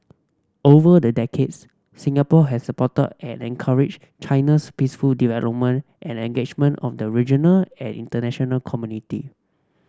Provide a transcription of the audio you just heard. over the decades Singapore has supported at encouraged China's peaceful development and engagement of the regional and international community